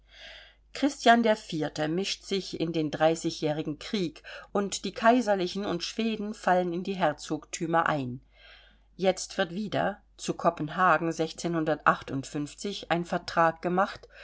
christian iv mischt sich in den dreißigjährigen krieg und die kaiserlichen und schweden fallen in die herzogtümer ein jetzt wird wieder ein vertrag gemacht